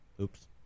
Oops